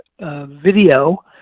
video